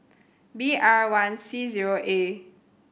B R one C zero A